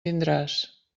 tindràs